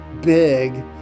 big